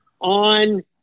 on